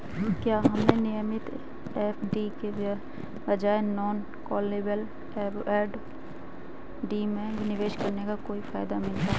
क्या हमें नियमित एफ.डी के बजाय नॉन कॉलेबल एफ.डी में निवेश करने का कोई फायदा मिलता है?